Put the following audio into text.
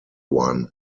one